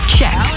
Check